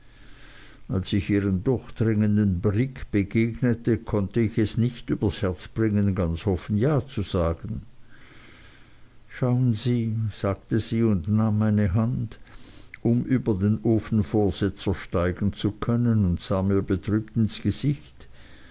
als ich ihrem durchdringenden blick begegnete konnte ich es nicht übers herz bringen ganz offen ja zu sagen schauen sie sagte sie und nahm meine hand um über den ofenvorsetzer steigen zu können und sah mir betrübt ins gesicht